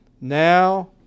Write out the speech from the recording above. now